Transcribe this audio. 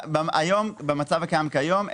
במצב הקיים כיום,